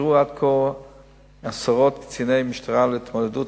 הוכשרו עד כה עשרות קציני משטרה להתמודדות